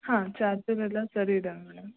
ಹಾಂ ಚಾರ್ಜರ್ ಎಲ್ಲ ಸರಿ ಇದಾವೆ ಮೇಡಮ್